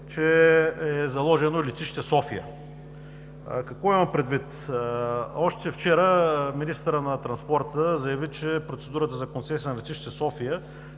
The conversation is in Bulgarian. че е заложено „Летище София“. Какво имам предвид? Още вчера министърът на транспорта заяви, че процедурата за концесията на „Летище София“